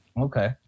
Okay